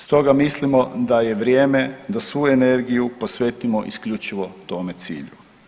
Stoga mislimo da je vrijeme da svu energiju posvetimo isključivo tome cilju.